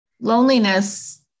loneliness